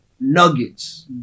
nuggets